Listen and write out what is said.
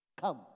Come